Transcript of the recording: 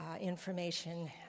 Information